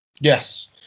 Yes